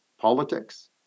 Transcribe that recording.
politics